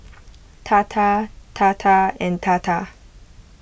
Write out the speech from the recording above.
Tata Tata and Tata